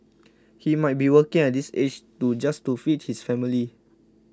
he might be working at this age too just to feed his family